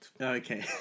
Okay